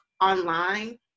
online